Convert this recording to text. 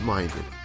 Minded